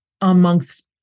amongst